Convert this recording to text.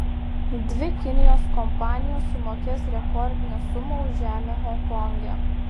dvi kinijos kompanijos sumokės rekordinę sumą už žemę honkonge